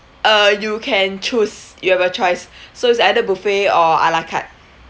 uh you can choose you have a choice so it's either buffet or ala carte